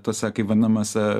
tuose kaip vadinamuose